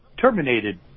terminated